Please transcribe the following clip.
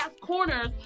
corners